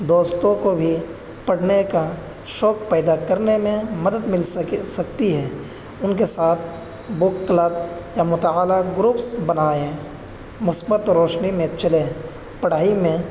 دوستوں کو بھی پڑھنے کا شوق پیدا کرنے میں مدد مل سکے سکتی ہے ان کے ساتھ بک کلب یا مطالعہ گروپس بنائیں مثبت روشنی میں چلیں پڑھائی میں